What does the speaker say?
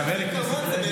חבר הכנסת לוי,